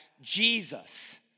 Jesus